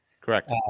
Correct